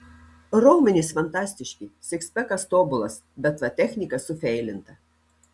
raumenys fantastiški sikspekas tobulas bet vat technika sufeilinta